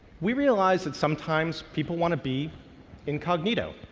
we realize that sometimes people want to be incognito.